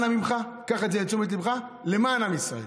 אנא ממך, קח את זה לתשומת ליבך למען עם ישראל.